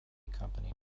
company